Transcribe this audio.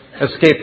escaped